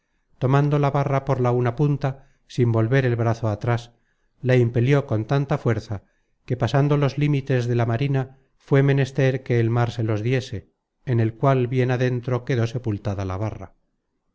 tomando la barra por la una punta sin volver el brazo atras la impelió con tanta fuerza que pasando los límites de la marina fué menester que el mar se los diese en el cual bien adentro quedó sepultada la barra